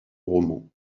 roman